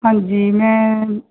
ਹਾਂਜੀ ਮੈਂ